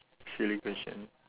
silly question